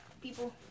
people